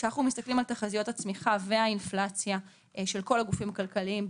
כשאנחנו מסתכלים על תחזיות הצמיחה והאינפלציה של כל הגופים הכלכליים,